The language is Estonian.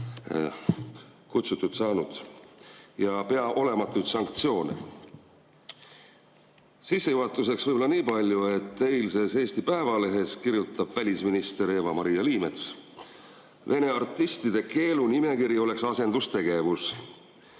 kutsuma hakatud – ja pea olematuid sanktsioone. Sissejuhatuseks ütlen võib‑olla niipalju, et eilses Eesti Päevalehes kirjutab välisminister Eva-Maria Liimets: "Vene artistide keelunimekiri oleks asendustegevus."